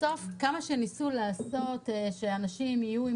בסוף כמה שניסו לעשות שאנשים יהיו עם